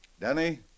Danny